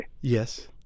Yes